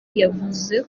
yavuze